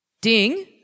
Ding